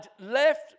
left